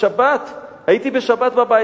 הייתי בשבת בבית,